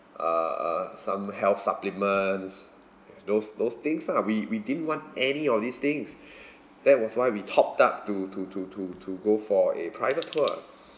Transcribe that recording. uh uh some health supplements those those things lah we we didn't want any of these things that was why we topped up to to to to to go for a private tour